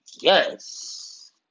Yes